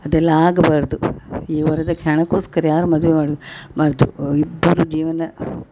ಅದೆಲ್ಲ ಆಗ್ಬಾರದು ಈ ವರದಕ್ಷಿಣೆ ಹಣಕೋಸ್ಕರ ಯಾರು ಮದುವೆ ಮಾಡಿ ಮಾಡ್ದು ಇಬ್ಬರೂ ಜೀವನ